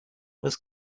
was